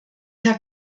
herr